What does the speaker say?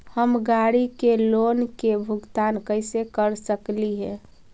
हम गाड़ी के लोन के भुगतान कैसे कर सकली हे?